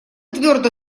твердо